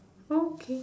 okay